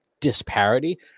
disparity